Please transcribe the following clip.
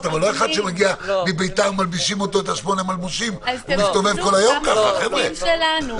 אז תמגנו גם לעובדים שלנו.